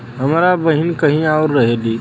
हमार बहिन कहीं और रहेली